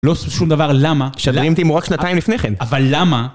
לא שום דבר, למה? שאלים אותי אם הוא רק שנתיים לפניכם. אבל למה?